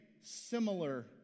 similar